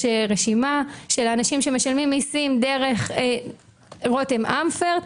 יש רשימה של אנשים שמשלמים מיסים דרך רותם אמפרט,